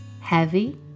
heavy